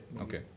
Okay